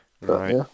Right